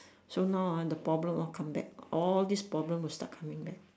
so now ah the problem all come back all these problem will start coming back